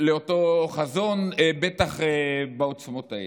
לאותו חזון, בטח בעוצמות האלה.